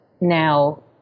now